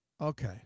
Okay